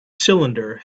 cylinder